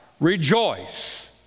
rejoice